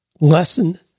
lesson